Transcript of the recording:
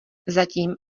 zatím